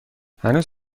هنوز